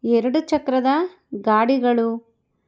ಎರಡು ಚಕ್ರದ ಗಾಡಿಗಳು